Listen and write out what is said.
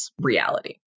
reality